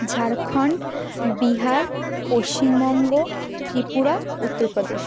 Jharkhand Bihar Paschimbanga Tripura Uttar Pradesh